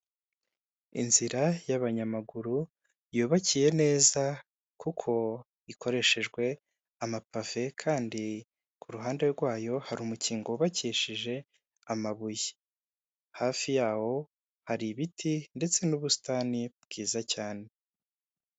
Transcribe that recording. Inzira y'abanyamaguru yubakiye neza kuko ikoreshejwe amapave kandi ku ruhande rwayo hari umukingo wubakishije amabuye, hafi yawo hari ibiti ndetse n'ubusitani bwiza cyane.